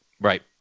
Right